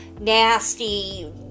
nasty